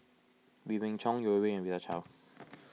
Wee Beng Chong Yeo Wei Wei and Rita Chao